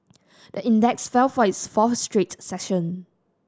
the index fell for its fourth straight session